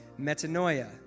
metanoia